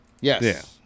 Yes